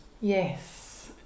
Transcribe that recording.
Yes